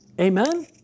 Amen